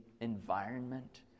environment